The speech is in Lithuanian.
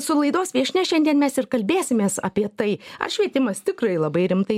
su laidos viešnia šiandien mes ir kalbėsimės apie tai ar švietimas tikrai labai rimtai